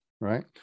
right